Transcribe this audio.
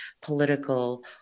political